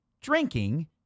drinking